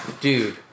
Dude